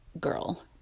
girl